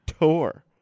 Tour